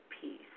peace